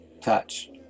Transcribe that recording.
touch